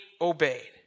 obeyed